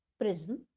prism